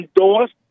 endorsed